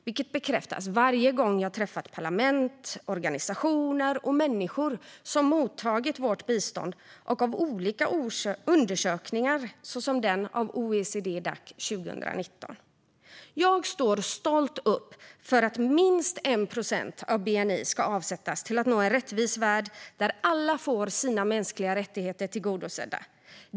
Det har bekräftats varje gång jag träffat parlament, organisationer och människor som mottagit vårt bistånd och av olika undersökningar, såsom den av OECD-Dac 2019. Jag står stolt upp för att minst 1 procent av bni ska avsättas till att nå en rättvis värld där alla får sina mänskliga rättigheter tillgodosedda.